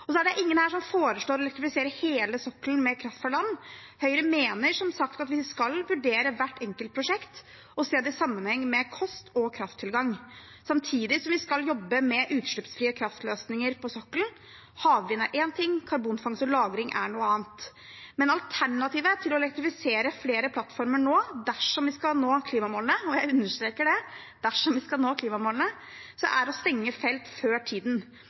er ingen her som foreslår å elektrifisere hele sokkelen med kraft fra land. Høyre mener, som sagt, at vi skal vurdere hvert enkelt prosjekt og se det i sammenheng med kost og krafttilgang, samtidig som vi skal jobbe med utslippsfrie kraftløsninger på sokkelen. Havvind er én ting, karbonfangst og -lagring er noe annet. Men alternativet til å elektrifisere flere plattformer nå, dersom vi skal nå klimamålene – og jeg understreker det – er å stenge felt før tiden.